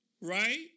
right